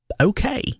okay